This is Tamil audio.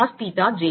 cos theta j